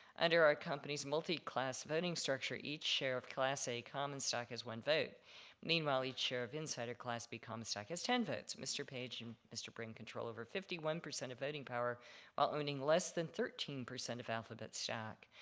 under our company's multiclass voting structure, each share of class a common stock has one vote meanwhile, each share of insider class b common stock is ten votes. mr. brin and mr. page control over fifty one percent of voting power while owning less than thirteen percent of alphabet stock.